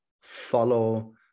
follow